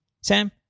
Sam